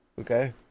okay